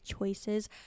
Choices